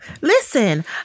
Listen